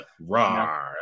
Raw